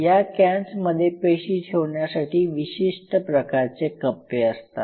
या कॅन्स मध्ये पेशी ठेवण्यासाठी विशिष्ट प्रकारचे कप्पे असतात